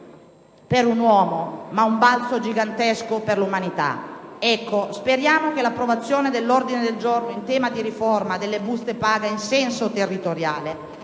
per l'uomo, ma di un balzo gigantesco per l'umanità. Speriamo che l'approvazione dell'ordine del giorno in tema di riforma delle buste paga in senso territoriale